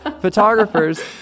photographers